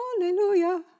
hallelujah